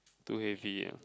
too heavy eh